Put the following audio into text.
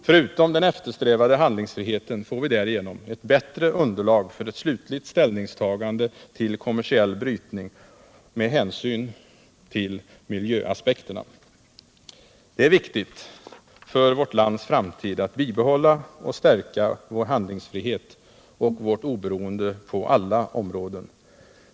Förutom den eftersträvade handlingsfriheten får vi därigenom ett bättre underlag för ett slutligt ställningstagande till kommersiell brytning med hänsyn till miljöaspekterna. Det är viktigt för vårt lands framtid att bibehålla och stärka vår handlingsfrihet och vårt oberoende på alla områden.